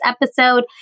episode